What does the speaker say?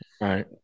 right